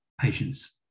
patients